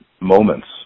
moments